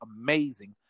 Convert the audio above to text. amazing